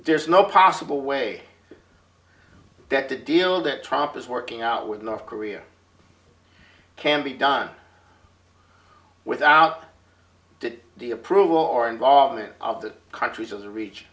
there's no possible way that the deal that trump is working out with north korea can be done without did the approval or involvement of the countries of the re